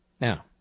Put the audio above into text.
Now